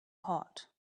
hot